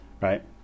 Right